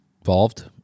involved